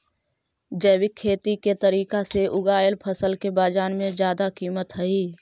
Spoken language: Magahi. जैविक खेती के तरीका से उगाएल फसल के बाजार में जादा कीमत हई